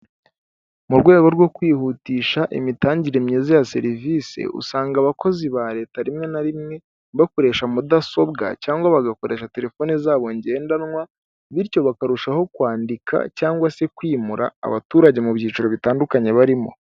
Mu rwego rwo kwihutisha imitangire myiza ya serivisi ,usanga abakozi ba leta rimwe na rimwe, bakoresha mudasobwa cyangwa bagakoresha telefoni zabo ngendanwa bityo bakarushaho kwandika cyangwa se kwimura abaturage mu byiciro bitandukanye barimo.